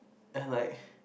yeah like